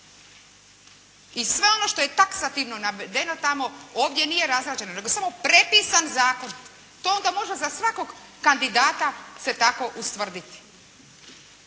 I sve ono što je taksativno navedeno tamo ovdje nije razrađeno nego samo prepisan zakon. To onda može za svakog kandidata se tako ustvrditi.